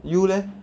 you leh